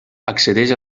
accedeix